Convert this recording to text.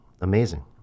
amazing